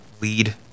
lead